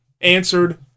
Answered